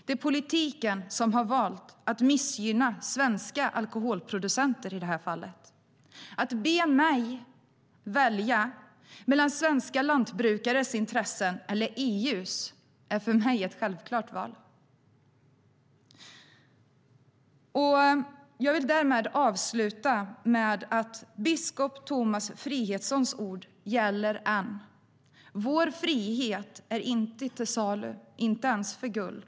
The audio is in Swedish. Det är politiken som har valt att missgynna svenska alkoholproducenter i det här fallet. Valet mellan svenska lantbrukares intressen och EU:s är för mig självklart. Jag vill avsluta med att säga att biskop Thomas frihetssångs ord gäller än. Vår frihet är inte till salu, inte ens för guld.